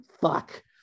Fuck